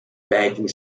private